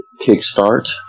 kickstart